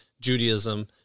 Judaism